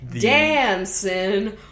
dancing